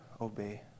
obey